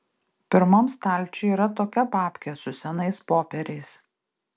pirmam stalčiuj yra tokia papkė su senais popieriais